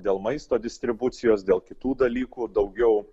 dėl maisto distribucijos dėl kitų dalykų daugiau